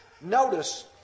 notice